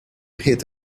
hit